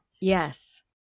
Yes